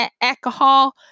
alcohol